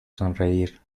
sonreír